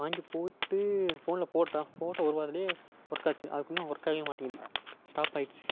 வாங்கி போட்டு ஃபோனில் போட்டான் போட்ட ஒரு வாரத்திலே ஒர்க் ஆச்சு அதுக்கப்புறம் தான் ஒர்க் ஆகவே மாட்டேங்கிது ஸ்டாப் ஆகிருச்சி